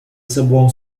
sobą